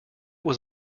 was